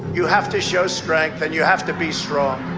you have to show strength and you have to be strong.